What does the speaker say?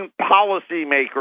policymakers